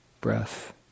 breath